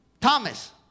Thomas